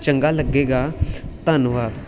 ਚੰਗਾ ਲੱਗੇਗਾ ਧੰਨਵਾਦ